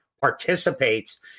participates